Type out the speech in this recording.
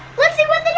let's see what